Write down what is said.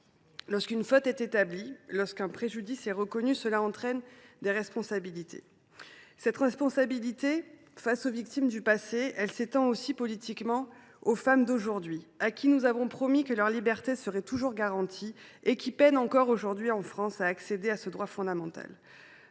Lorsqu’une faute est établie, lorsqu’un préjudice est reconnu, cela entraîne des responsabilités. Cette responsabilité face aux victimes du passé s’étend aussi, politiquement, aux femmes d’aujourd’hui, à qui nous avons promis que leur liberté serait toujours garantie et qui peinent encore à accéder à ce droit fondamental